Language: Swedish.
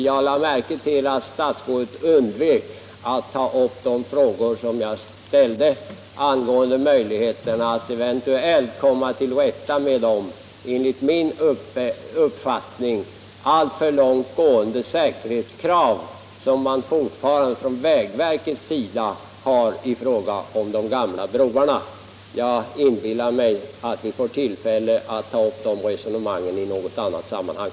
Jag lade märke till att statsrådet undvek att ta upp de frågor som jag ställde angående möjligheterna att eventuellt komma till rätta med de enligt min uppfattning alltför långtgående säkerhetskrav som vägverket fortfarande ställer på de gamla broarna. Jag inbillar mig att vi får tillfälle att ta upp de resonemangen i något annat sammanhang.